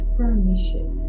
permission